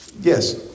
Yes